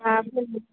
हा